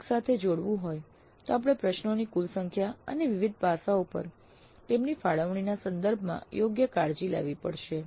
જો એકસાથે જોડવું હોય તો આપણે પ્રશ્નોની કુલ સંખ્યા અને વિવિધ પાસાઓ પર તેમની ફાળવણીના સંદર્ભમાં યોગ્ય કાળજી લેવી પડશે